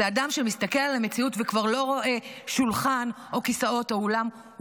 זה אדם שלא רואה שולחן או כיסאות או אולם,